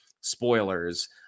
spoilers